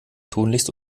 tunlichst